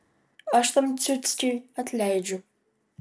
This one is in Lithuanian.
aš tam ciuckiui atleidžiu